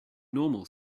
normal